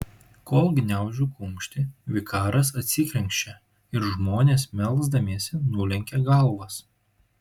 kol gniaužiu kumštį vikaras atsikrenkščia ir žmonės melsdamiesi nulenkia galvas